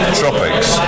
tropics